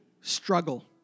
struggle